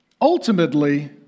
ultimately